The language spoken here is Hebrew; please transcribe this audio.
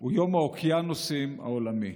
הוא יום האוקיאנוסים העולמי.